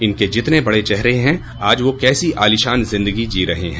इनके जितने बड़े चेहरे हैं आज वो कैसी अलीशान जिंदगी जी रहे हैं